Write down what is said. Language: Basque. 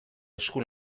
esku